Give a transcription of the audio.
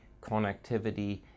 connectivity